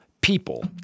people